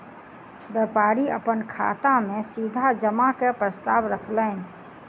व्यापारी अपन खाता में सीधा जमा के प्रस्ताव रखलैन